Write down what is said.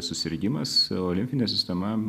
susirgimas o limfinė sistema